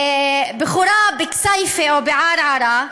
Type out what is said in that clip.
בחורה בכסייפה או בערערה,